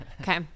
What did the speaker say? Okay